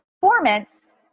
performance